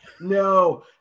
No